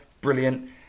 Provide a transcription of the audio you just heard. brilliant